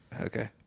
Okay